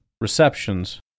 receptions